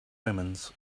omens